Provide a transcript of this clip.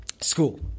school